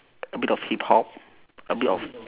a bit of hip hop a bit of